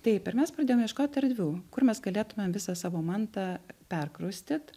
taip ir mes pradėjom ieškot erdvių kur mes galėtumėm visą savo mantą perkraustyt